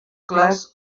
clars